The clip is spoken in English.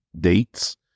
dates